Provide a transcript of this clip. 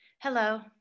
Hello